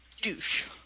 douche